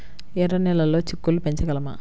ఎర్ర నెలలో చిక్కుళ్ళు పెంచగలమా?